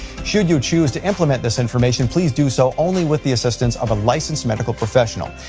should you choose to implement this information, please do so only with the assistance of a licensed medical professional.